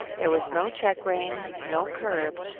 there was no check-rein, no curb,